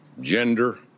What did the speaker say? gender